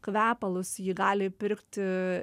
kvepalus jį gali pirkti